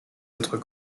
autres